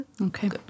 Okay